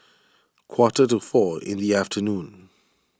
quarter to four in the afternoon